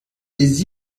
des